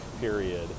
period